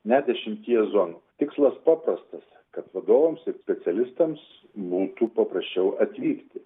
net dešimtyje zonų tikslas paprastas kad vadovams ir specialistams būtų paprasčiau atvykti